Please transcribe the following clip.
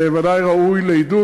זה ודאי ראוי לעידוד.